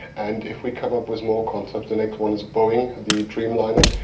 and if we come up with more concepts, the next one is boeing, the dreamliner,